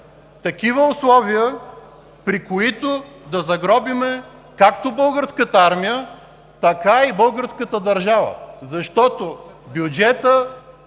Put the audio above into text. условия, при които да загробим както Българската армия, така и българската държава, защото бюджетът